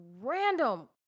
random